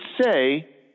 say